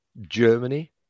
Germany